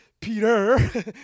Peter